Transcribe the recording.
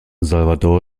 salvador